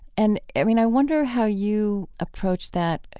and, i mean, i wonder how you approach that,